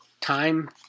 time